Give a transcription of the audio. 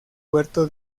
puerto